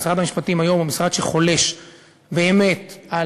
משרד המשפטים כיום הוא משרד שחולש באמת על